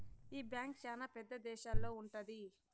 ఈ బ్యాంక్ శ్యానా పెద్ద దేశాల్లో ఉంటది